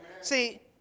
See